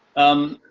um,